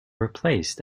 replaced